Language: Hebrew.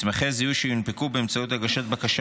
מסמכי הזיהוי שיונפקו באמצעות הגשת בקשה